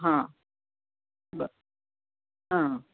हां बर हां